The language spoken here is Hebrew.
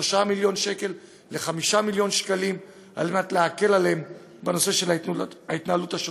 מיליון שקלים ל-5 מיליון שקלים על מנת להקל עליהם בהתנהלות השוטפת.